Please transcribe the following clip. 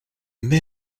mets